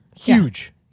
Huge